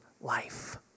life